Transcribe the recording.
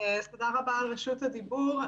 תודה רבה על רשות הדיבור.